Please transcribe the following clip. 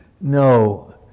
No